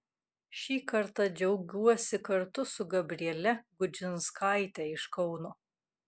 šį kartą džiaugiuosi kartu su gabriele gudžinskaite iš kauno